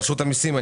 רשות המיסים,